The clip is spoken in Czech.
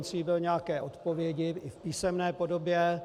Slíbil nějaké odpovědi, i v písemné podobě.